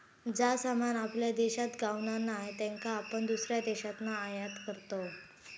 जा सामान आपल्या देशात गावणा नाय त्याका आपण दुसऱ्या देशातना आयात करतव